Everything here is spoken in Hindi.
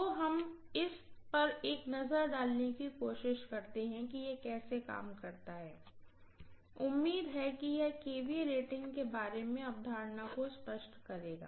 तो हम इस पर एक नज़र डालने की कोशिश करते हैं कि यह कैसे काम करता है उम्मीद है कि यह kVA रेटिंग के बारे में अवधारणा को स्पष्ट करेगा